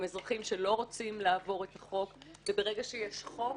הם אזרחים שלא רוצים לעבור על החוק, וברגע שיש חוק